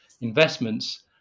investments